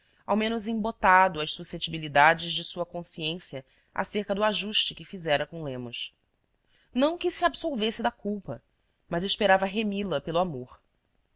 ao menos embotado as susce tibi lidades de sua consciência acerca do ajuste que fizera com lemos não que se absolvesse da culpa mas esperava remi la pelo amor